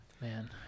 Man